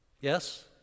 Yes